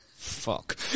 Fuck